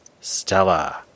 Stella